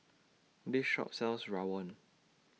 This Shop sells Rawon